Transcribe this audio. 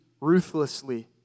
ruthlessly